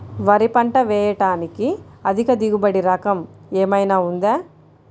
వరి పంట వేయటానికి అధిక దిగుబడి రకం ఏమయినా ఉందా?